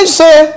say